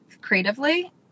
creatively